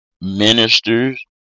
ministers